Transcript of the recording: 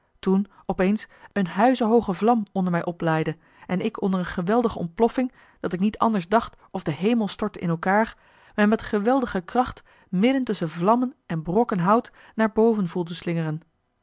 toen opeens een huizenhooge vlam onder mij oplaaide en ik onder een geweldige ontploffing dat ik niet anders dacht of de hemel stortte in elkaar mij met geweldige kracht midden tusschen vlammen en brokken hout naar boven voelde slingeren